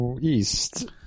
east